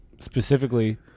specifically